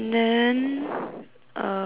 uh